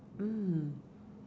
mm